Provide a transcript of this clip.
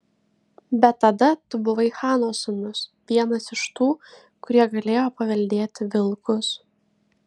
bet tada tu buvai chano sūnus vienas iš tų kurie galėjo paveldėti vilkus